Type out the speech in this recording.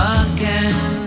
again